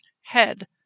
head